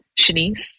Shanice